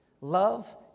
Love